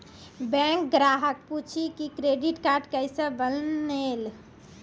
Bank ग्राहक पुछी की क्रेडिट कार्ड केसे बनेल?